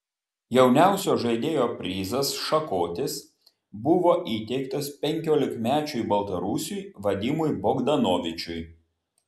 jauniausio žaidėjo prizas šakotis buvo įteiktas penkiolikmečiui baltarusiui vadimui bogdanovičiui